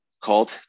called